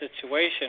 situation